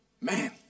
Man